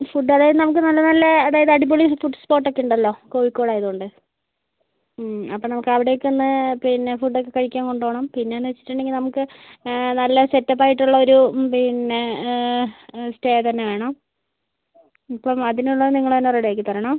വിശ്വഭാരായിൽ നമുക്ക് നല്ല നല്ല അതായത് അടിപൊളി ഫുഡ് സ്പോട്ടൊക്കെയുണ്ടെല്ലോ കോഴിക്കോടായതുകൊണ്ട് അപ്പം നമുക്ക് അവിടെയൊക്കെയൊന്ന് പിന്നെ ഫുഡൊക്കെ കഴിക്കാൻ കൊണ്ടുപോണം പിന്നേന്നു വെച്ചിട്ടുണ്ടെങ്കിൽ നമുക്ക് നല്ല സെറ്റപ്പ് ആയിട്ടുള്ളയൊരു പിന്നെ സ്റ്റേ തന്നെ വേണം ഇപ്പം അതിനുള്ള നിങ്ങൾ തന്നെ റെഡിയാക്കി തരണം